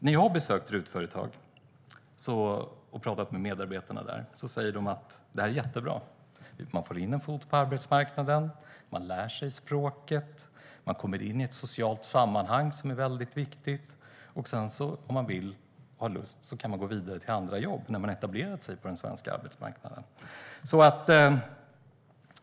När jag har besökt RUT-företag och pratat med medarbetarna där säger det att det är jättebra. Man får in en fot på arbetsmarknaden, man lär sig språket och man kommer in i ett socialt sammanhang, vilket är väldigt viktigt. Sedan, om man vill och har lust, kan man när man har etablerat sig på den svenska arbetsmarknaden gå vidare till andra jobb.